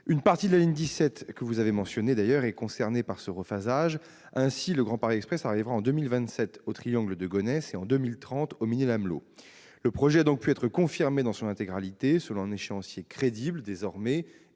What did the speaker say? Une partie de la ligne 17, que vous avez mentionnée, est concernée par ce rephasage. Ainsi, le Grand Paris Express arrivera en 2027 au triangle de Gonesse et en 2030 au Mesnil-Amelot. Le projet a donc pu être confirmé dans son intégralité, selon un échéancier désormais